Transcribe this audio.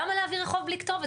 למה להעביר רחוב בלי כתובת,